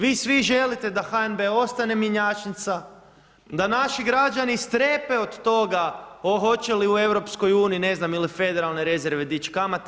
Vi svi želite da HNB ostane mjenjačnica, da naši građani strepe od toga hoće li u EU ne znam ili federalne rezerve dići kamate.